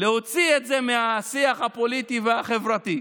להוציא את זה מהשיח הפוליטי והחברתי,